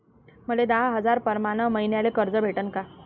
मले दहा हजार प्रमाण मईन्याले कर्ज भेटन का?